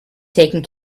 taken